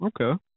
okay